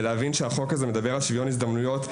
ולהבין שהחוק הזה מדבר על שוויון הזדמנויות.